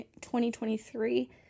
2023